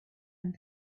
and